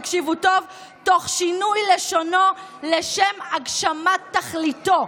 תקשיבו טוב: "תוך שינוי לשונו לשם הגשמת תכליתו".